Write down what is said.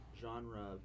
genre